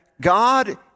God